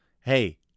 Hey